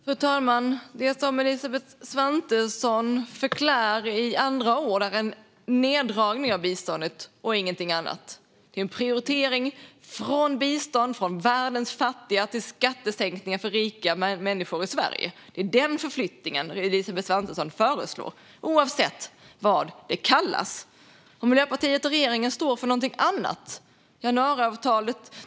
Fru talman! Det som Elisabeth Svantesson förklär i andra ord är en neddragning av biståndet och inget annat. Det är en prioriteringsförflyttning från bistånd, från världens fattiga, till skattesänkningar för rika människor i Sverige. Det är den förflyttningen som Elisabeth Svantesson föreslår, oavsett vad den kallas. Miljöpartiet och regeringen står för något annat.